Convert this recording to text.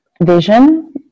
vision